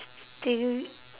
still